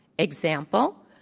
example,